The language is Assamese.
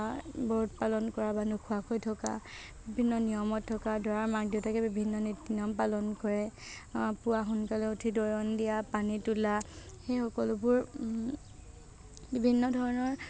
ব্ৰত পালন কৰা বা নোখোৱাকৈ থকা বিভিন্ন নিয়মত থকা দৰাৰ মাক দেউতাকে বিভিন্ন নীতি নিয়ম পালন কৰে পুৱা সোনকালে উঠি দিয়া পানী তুলা সেই সকলোবোৰ বিভিন্ন ধৰণৰ